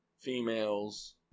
females